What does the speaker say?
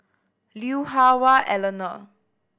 Lui Hah Wah Elena